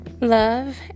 Love